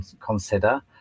consider